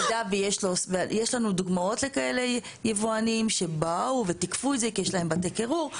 יש לנו דוגמאות לכאלה יבואנים שבאו ותיקפו את זה כי יש להם בתי קירור.